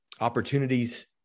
opportunities